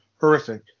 horrific